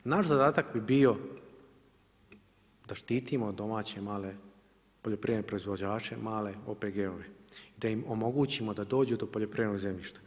Naš zadatak bi bio da štitimo domaće male poljoprivredne proizvođače, male OPG-ove, te im omogućimo da dođu do poljoprivrednog zemljišta.